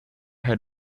head